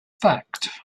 fact